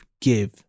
give